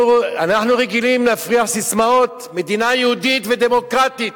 אנחנו רגילים להפריח ססמאות: "מדינה יהודית ודמוקרטית"